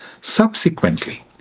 subsequently